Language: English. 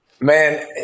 Man